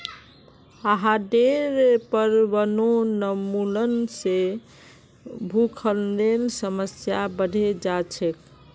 पहाडेर पर वनोन्मूलन से भूस्खलनेर समस्या बढ़े जा छे